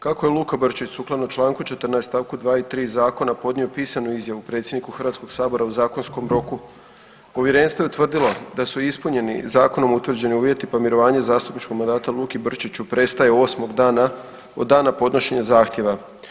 Kako je Luka Brčić sukladno Članku 14. stavku 2. i 3. zakona podnio pisanu izjavu predsjedniku Hrvatskog sabora u zakonskom roku povjerenstvo je utvrdilo da su ispunjeni zakonom utvrđeni uvjeti pa mirovanje zastupničkog mandata Luki Brčiću prestaje 8 dana od dana podnošenja zahtjeva.